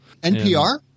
NPR